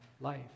life